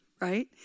right